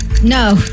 No